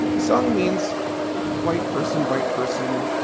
the song means white person, white person,